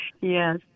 yes